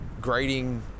grading